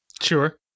Sure